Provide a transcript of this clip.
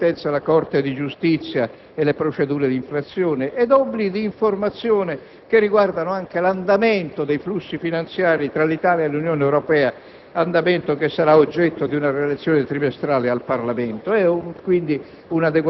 Questo lavoro si è innestato, signor Presidente, su un progetto di legge comunitaria con cui la Camera dei deputati ha apportato decisive innovazioni nella serie di obblighi di informazione da parte del Governo al Parlamento,